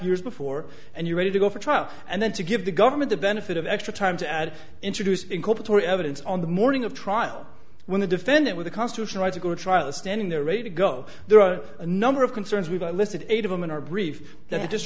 years before and you're ready to go for trial and then to give the government the benefit of extra time to add introduced in corporate or evidence on the morning of trial when the defendant with a constitutional right to go to trial is standing there ready to go there are a number of concerns we've listed eight of them in our brief